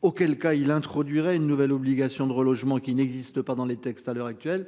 Auquel cas il introduirait une nouvelle obligation de relogement qui n'existe pas dans les textes à l'heure actuelle